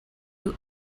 you